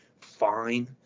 fine